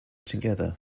together